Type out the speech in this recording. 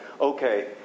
okay